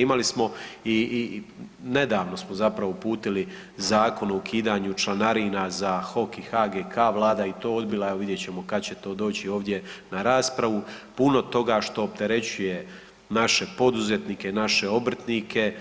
Imali smo i nedavno smo zapravo uputili Zakon o ukidanju članarina za HOK i HGK, vlada je i to odbila, evo vidjet ćemo kad će to doći ovdje na raspravu, puno toga što opterećuje naše poduzetnike, naše obrtnike,